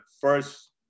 first